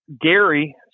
Gary